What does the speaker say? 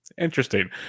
interesting